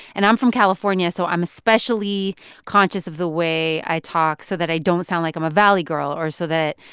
and i'm from california, so i'm especially conscious of the way i talk so that i don't sound like i'm a valley girl or so that,